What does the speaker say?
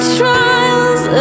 trials